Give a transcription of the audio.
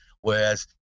Whereas